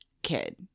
kid